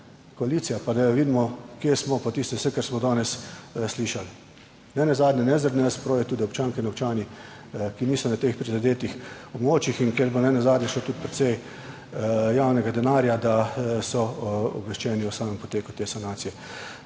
koalicija pa, da vidimo kje smo. Pa tisto vse kar smo danes slišali. Nenazadnje ne zaradi nas, prav je, tudi občanke in občani ki niso na teh prizadetih območjih in kjer bo nenazadnje šlo tudi precej javnega denarja, da so obveščeni o samem poteku te sanacije.